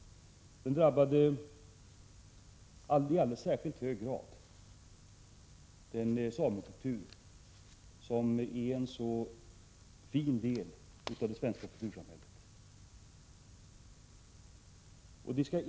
Den drabbade i alldeles särskilt hög grad den samekultur som är en så fin del av det svenska kultursamhället.